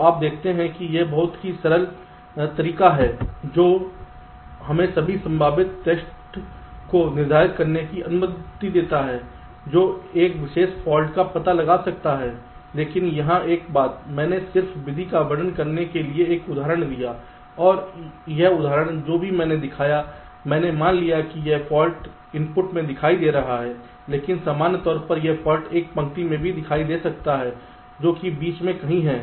तो आप देखते हैं कि यह बहुत ही सरल तरीका है जो हमें सभी संभावित टेस्ट को निर्धारित करने की अनुमति देता है जो एक विशेष फाल्ट का पता लगा सकते हैं लेकिन यहां एक बात मैंने सिर्फ विधि का वर्णन करने के लिए एक उदाहरण दिया है और यह उदाहरण जो भी मैंने दिखाया है मैंने मान लिया है यह फाल्ट इनपुट में दिखाई दे रहा है लेकिन सामान्य तौर पर यह फाल्ट एक पंक्ति में भी दिखाई दे सकता है जो कि बीच में कहीं है